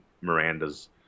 Miranda's